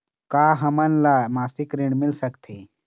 का हमन ला मासिक ऋण मिल सकथे?